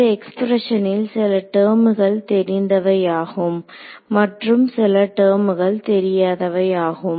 இந்த எக்ஸ்பிரஷனில் சில டெர்முகள் தெரிந்தவை ஆகும் மற்றும் சில டெர்முகள் தெரியாதவை ஆகும்